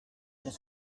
cent